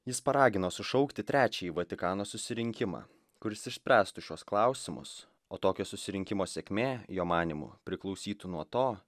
jis paragino sušaukti trečiąjį vatikano susirinkimą kuris išspręstų šiuos klausimus o tokio susirinkimo sėkmė jo manymu priklausytų nuo to